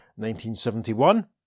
1971